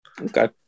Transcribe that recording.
Okay